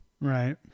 Right